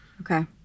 Okay